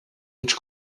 which